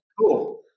cool